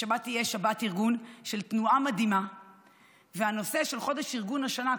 בשבת תהיה שבת ארגון של תנועה מדהימה והנושא של חודש הארגון השנה,